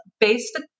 based